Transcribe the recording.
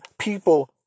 people